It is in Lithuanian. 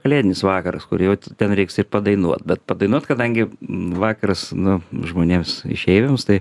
kalėdinis vakaras kur jau ten reiks ir padainuot bet padainuot kadangi vakaras nu žmonėms išeiviams tai